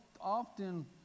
often